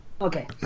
Okay